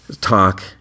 talk